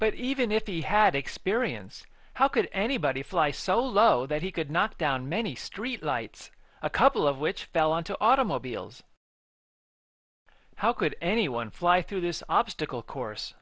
but even if he had experience how could anybody fly so low that he could knock down many street lights a couple of which fell on to automobiles how could anyone fly through this obstacle course